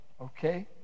okay